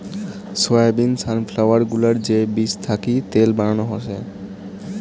soybean, sunflower গুলার যে বীজ থাকি তেল বানানো হসে